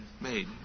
made